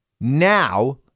now